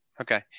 Okay